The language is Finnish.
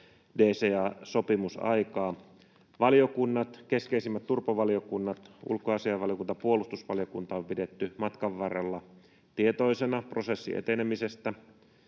DCA-sopimus aikaan. Valiokunnat, keskeisimmät turpo-valiokunnat — ulkoasiainvaliokunta, puolustusvaliokunta — on pidetty matkan varrella tietoisena prosessin etenemisestä,